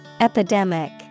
Epidemic